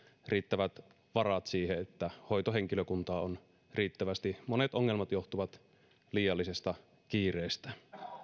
riittävät varat siihen että hoitohenkilökuntaa on riittävästi monet ongelmat johtuvat liiallisesta kiireestä